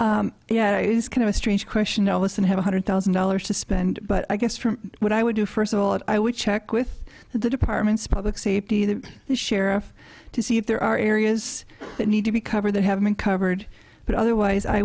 y yeah is kind of a strange question ellison have a hundred thousand dollars to spend but i guess from what i would do first of all i would check with the department's public safety the sheriff to see if there are areas that need to be covered that have been covered but otherwise i